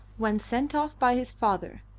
when sent off by his father,